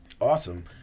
Awesome